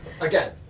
again